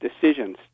decisions